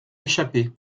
échappée